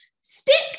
stick